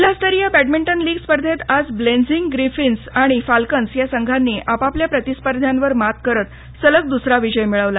जिल्हास्तरीय badminton league स्पर्धेत आज ब्लेझिंग ग्रिफीन्स आणि फाल्कन्स या संघांनी आपापल्या प्रतिस्पर्ध्यांवर मात करत सलग दुसरा विजय मिऴवला